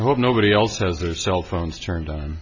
i hope nobody else has their cell phones turned on